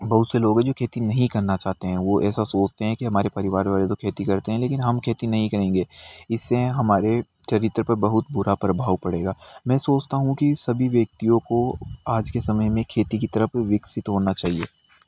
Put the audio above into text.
बहुत से लोग है जो खेती नहीं करना चाहते हैं वो ऐसा सोचते हैं कि हमारे परिवार वाले तो खेती करते हैं लेकिन हम खेती नहीं करेंगे इससे हमारे चरित्र पर बहुत बुरा प्रभाव पड़ेगा मैं सोचता हूँ कि सभी व्यक्तियों को आज के समय में खेती की तरफ़ विकसित होना चाहिए